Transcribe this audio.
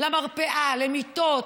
למרפאה, למיטות,